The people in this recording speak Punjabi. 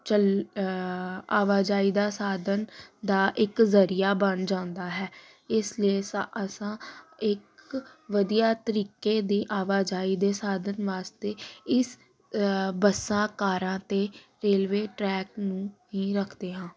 ਚਲ ਆਵਾਜਾਈ ਦਾ ਸਾਧਨ ਦਾ ਇੱਕ ਜ਼ਰੀਆ ਬਣ ਜਾਂਦਾ ਹੈ ਇਸ ਲਈ ਸਾ ਅਸੀਂ ਇੱਕ ਵਧੀਆ ਤਰੀਕੇ ਦੀ ਆਵਾਜਾਈ ਦੇ ਸਾਧਨ ਵਾਸਤੇ ਇਸ ਬੱਸਾਂ ਕਾਰਾਂ ਅਤੇ ਰੇਲਵੇ ਟਰੈਕ ਨੂੰ ਹੀ ਰੱਖਦੇ ਹਾਂ